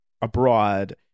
abroad